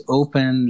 open